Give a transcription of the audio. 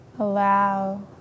Allow